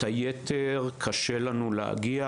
ליתר הרשויות קשה לנו להגיע.